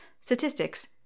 statistics